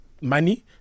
money